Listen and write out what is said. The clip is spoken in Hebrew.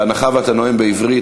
בהנחה שאתה נואם בעברית,